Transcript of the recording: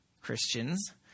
Christians